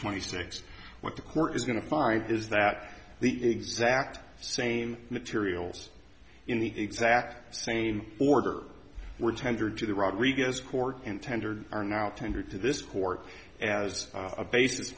twenty six what the court is going to find is that the exact same materials in the exact same order were tendered to the rodriguez court and tendered are now tendered to this court as a basis